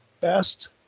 best